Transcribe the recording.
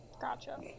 Gotcha